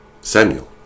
Samuel